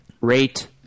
Rate